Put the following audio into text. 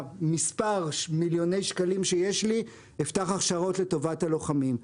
מספר מיליוני השקלים שיש לי אפתח הכשרות על טובת הלוחמים.